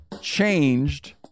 changed